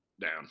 down